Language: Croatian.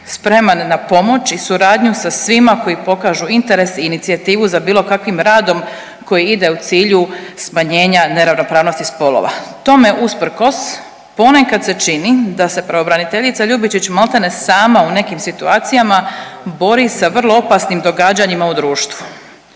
spreman na pomoć i suradnju sa svima koji pokažu interes i inicijativu za bilo kakvim radom koji ide u cilju smanjenja neravnopravnosti spolova. Tome usprkos ponekad se čini da se pravobraniteljica Ljubičić maltene sama u nekim situacijama bori sa vrlo opasnim događanjima u društvu.